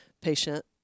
patient